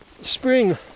spring